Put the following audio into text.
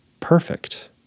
Perfect